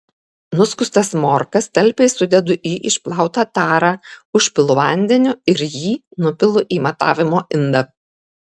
nuskustas morkas talpiai sudedu į išplautą tarą užpilu vandeniu ir jį nupilu į matavimo indą